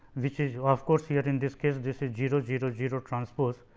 which is of course, here in this case this is zero zero zero transpose